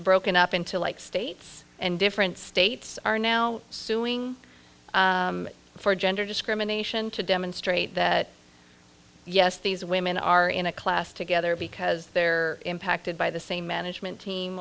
broken up into like states and different states are now suing for gender discrimination to demonstrate that yes these women are in a class together because they're impacted by the same management team